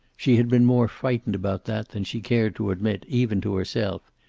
she had been more frightened about that than she cared to admit, even to herself.